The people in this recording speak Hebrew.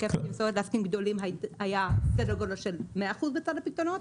היקף התמסורת לעסקים גדולים היה סדר גודל של 100% בצד הפיקדונות,